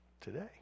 today